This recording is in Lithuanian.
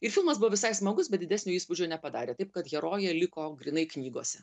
ir filmas buvo visai smagus bet didesnio įspūdžio nepadarė taip kad herojė liko grynai knygose